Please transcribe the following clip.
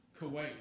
Kuwait